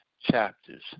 chapters